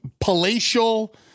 palatial